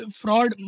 fraud